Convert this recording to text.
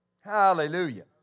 Hallelujah